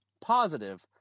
positive